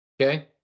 Okay